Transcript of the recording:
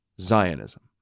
Zionism